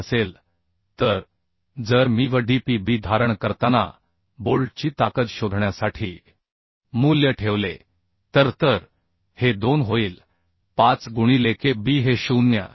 53 असेल तर जर मी V d P b धारण करताना बोल्टची ताकद शोधण्यासाठी मूल्य ठेवले तर तर हे 2 होईल 5 गुणिले k b हे 0